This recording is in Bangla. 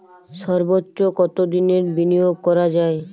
সর্বোচ্চ কতোদিনের বিনিয়োগ করা যায়?